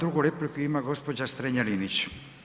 Drugu repliku ima gospođa Strenja-Linić.